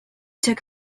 took